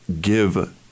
give